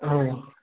औ